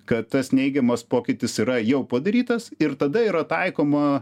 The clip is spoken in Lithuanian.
kad tas neigiamas pokytis yra jau padarytas ir tada yra taikoma